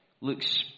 looks